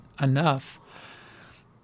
enough